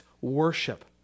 worship